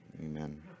Amen